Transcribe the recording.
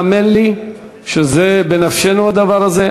האמן לי שזה בנפשנו, הדבר הזה.